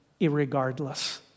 irregardless